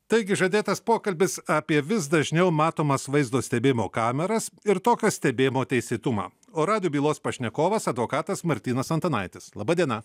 taigi žadėtas pokalbis apie vis dažniau matomas vaizdo stebėjimo kameras ir tokio stebėjimo teisėtumą o radio bylos pašnekovas advokatas martynas antanaitis laba diena